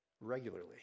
Regularly